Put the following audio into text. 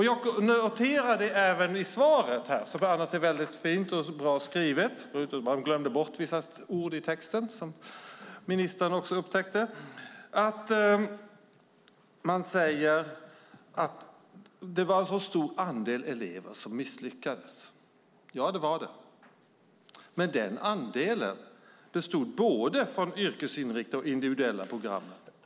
Jag noterar att man i svaret säger - det var fint och bra skrivet, förutom att det var vissa ord som man hade glömt bort i den skrivna texten, vilket ministern också upptäckte - att det var en så stor andel elever som misslyckades. Ja, det var det, men den andelen kom både från yrkesinriktade program och från det individuella programmet.